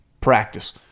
practice